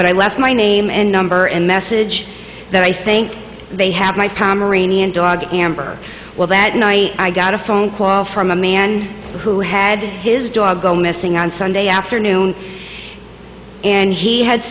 i left my name and number and message that i think they had my pomeranian dog amber well that night i got a phone call from a man who had his dog go missing on sunday afternoon and he had